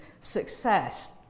success